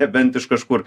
nebent iš kažkur